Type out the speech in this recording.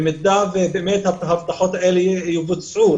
במידה וההבטחות האלה יבוצעו,